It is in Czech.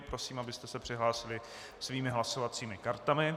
Prosím, abyste se přihlásili svými hlasovacími kartami.